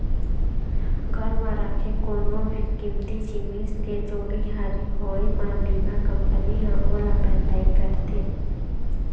घर म राखे कोनो भी कीमती जिनिस के चोरी हारी होए म बीमा कंपनी ह ओला भरपाई करथे